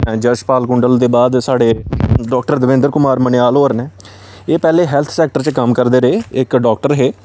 यशपाल कुुंडल दे बाद साढ़े डाक्टर दविंद्र कुमार मनेयाल होर न एह् पैह्लें हैल्थ सैक्टर च कम्म करदे रेह् इक डाक्टर हे